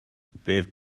bydd